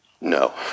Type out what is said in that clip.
No